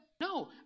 no